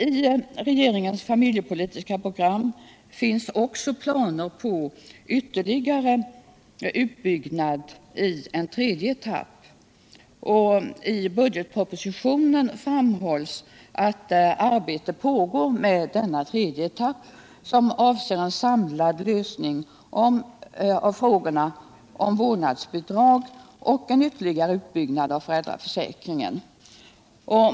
I regeringens familjepolitiska program finns också planer på ytterligare utbyggnad i en tredje etapp, och i budgetpropositionen framhålls att arbetet pågår med denna tredje etapp, som avser att presentera en samlad lösning av frågorna om vårdnadsbidrag och en ytterligare utbyggnad av föräldraförsäkringen.